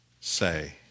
say